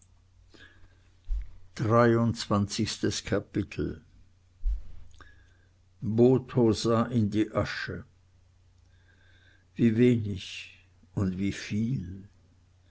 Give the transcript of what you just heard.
dreiundzwanzigstes kapitel botho sah in die asche wie wenig und wie